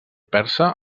persa